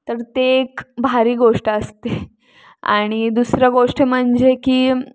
तर ते एक भारी गोष्ट असते आणि दुसरं गोष्ट म्हणजे की